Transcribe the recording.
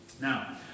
Now